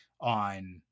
on